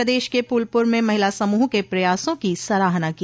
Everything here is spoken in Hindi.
प्रदेश के फूलपुर में महिला समूह के प्रयासों की सराहना की